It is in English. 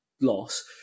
loss